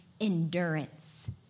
endurance